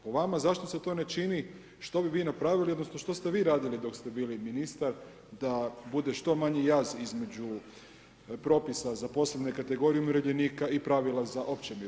Po vama, zašto se to ne čini, što bi vi napravili odnosno što ste vi radili dok ste bili ministar, da bude što manji jaz između propisa za posebne kategorije umirovljenika i pravila za opće mirovine.